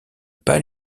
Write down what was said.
pas